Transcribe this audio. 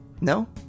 No